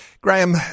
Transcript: Graham